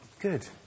good